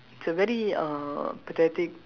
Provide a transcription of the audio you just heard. it's a very uh pathetic